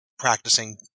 practicing